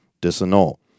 disannul